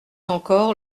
encore